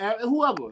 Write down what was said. whoever